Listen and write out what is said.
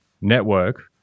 network